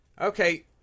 Okay